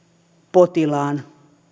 potilaan